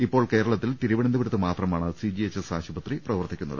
ഇപ്പോൾ കേരളത്തിൽ തിരുവനന്തപുരത്ത് മാത്രമാണ് സി ജി എച്ച് എസ് ആശുപത്രി പ്രവർത്തിക്കുന്നത്